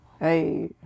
Hey